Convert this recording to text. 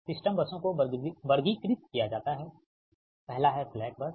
system बसों को वर्गीकृत किया जाता है पहला है स्लैक बस